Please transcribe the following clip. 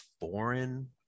foreign